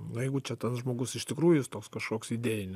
na jeigu čia tas žmogus tikrųjų toks kažkoks idėjinis